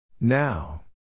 Now